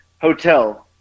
Hotel